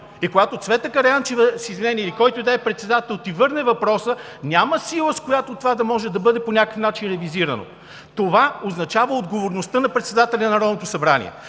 И когато Цвета Караянчева, с извинение, или който и да е председател ти върне въпроса, няма сила, с която това да може да бъде по някакъв начин ревизирано. Това означава отговорността на председателя на Народното събрание,